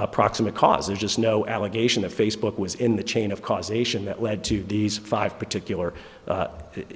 the proximate cause there's just no allegation that facebook was in the chain of causation that led to these five particular